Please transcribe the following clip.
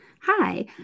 Hi